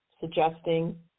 suggesting